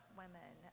women